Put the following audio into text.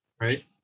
right